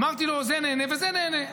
אמרתי לו: זה נהנה וזה נהנה.